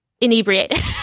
inebriated